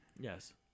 Yes